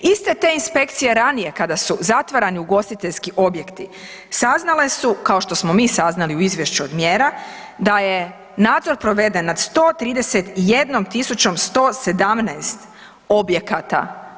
Iste te inspekcije ranije, kada su zatvarani ugostiteljski objekti saznale su, kao što smo mi saznali u izvješću od mjera, da je nadzor proveden nad 131 117 objekata.